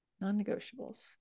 Non-negotiables